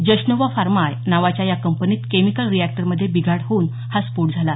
जशनोव्हा pharma नावाच्या या कंपनीत केमिकल रिएक्टरमध्ये बिघाड होऊन हा स्फोट झाला